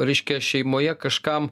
reiškia šeimoje kažkam